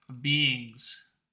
beings